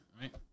right